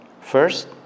First